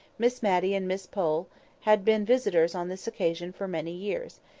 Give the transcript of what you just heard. miss matty and miss pole had been visitors on this occasion for many years,